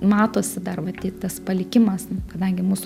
matosi dar matyt tas palikimas kadangi mūsų